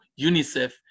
unicef